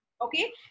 okay